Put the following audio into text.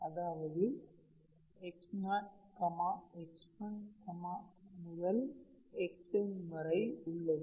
அதாவது x0 x 1 முதல் xn வரை உள்ளது